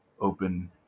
open